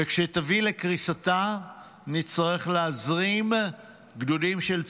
וכשהיא תביא לקריסתה נצטרך להזרים גדודים של צה"ל,